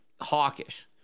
hawkish